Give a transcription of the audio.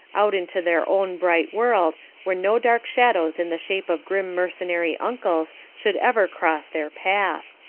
out into their own bright world, where no dark shadows in the shape of grim mercenary uncles should ever cross their path.